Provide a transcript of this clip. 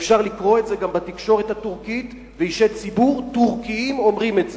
אפשר לקרוא את זה גם בתקשורת הטורקית ואישי ציבור טורקים אומרים את זה.